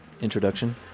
introduction